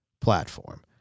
platform